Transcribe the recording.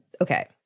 Okay